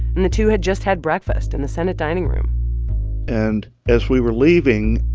and the two had just had breakfast in the senate dining room and as we were leaving,